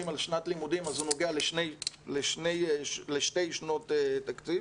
על שנת לימודים הוא נוגע לשתי שנות תקציב